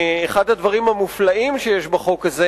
אחד הדברים המופלאים שיש בחוק הזה